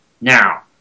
Now